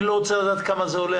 אני לא רוצה לדעת כמה זה עולה,